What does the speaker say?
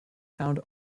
found